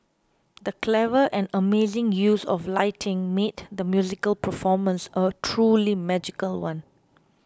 the clever and amazing use of lighting made the musical performance a truly magical one